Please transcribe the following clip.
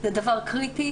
זה דבר קריטי,